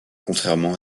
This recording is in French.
contrairement